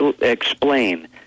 explain